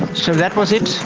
so that was it.